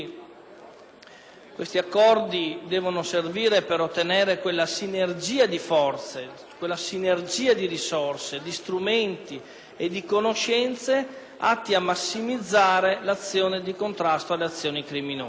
Tali accordi devono servire per ottenere quella sinergia di forze, di risorse, di strumenti e di conoscenze atti a massimizzare il contrasto ad azioni criminose,